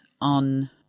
on